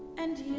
and